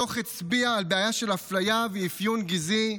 הדוח הצביע על בעיה של אפליה ואפיון גזעי,